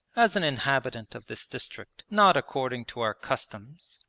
as an inhabitant of this district, not according to our customs,